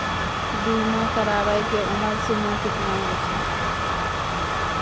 बीमा कराबै के उमर सीमा केतना होय छै?